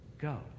go